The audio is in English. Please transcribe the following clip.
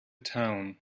town